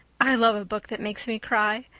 i love a book that makes me cry.